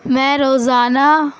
میں روزانہ